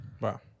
Wow